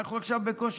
עכשיו אנחנו בקושי